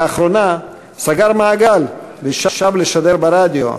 לאחרונה סגר מעגל ושב לשדר ברדיו,